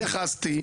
התייחסתי,